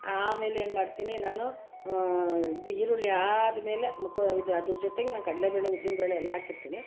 ಆಮೇಲೆ ಏನ್ಮಾಡ್ತೀನಿ ನಾನು ಇದು ಈರುಳ್ಳಿ ಆದ್ಮೇಲೆ ಕ ಅದರ ಜೊತೆಗೆ ನಾನು ಕಡಲೇಬೇಳೆ ಉದ್ದಿನಬೇಳೆ ಎಲ್ಲ ಹಾಕಿರ್ತೀನಿ